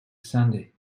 sunday